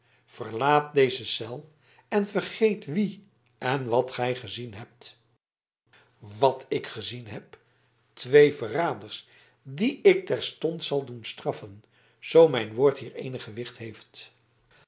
verlaat deze cel en vergeet wie en wat gij gezien hebt wat ik gezien heb twee verraders die ik terstond zal doen straffen zoo mijn woord hier eenig gewicht heeft